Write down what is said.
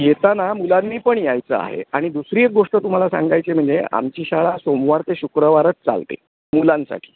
येताना मुलांनी पण यायचं आहे आणि दुसरीच गोष्ट तुम्हाला सांगायची आहे म्हणजे आमची शाळा सोमवार ते शुक्रवारच चालते मुलांसाठी